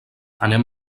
anem